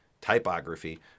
typography